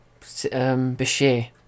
Bashir